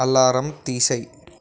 alarm తీసేయి